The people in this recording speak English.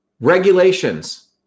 Regulations